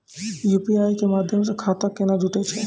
UPI के माध्यम से खाता केना जुटैय छै?